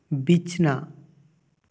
ᱵᱤᱪᱷᱱᱟᱹ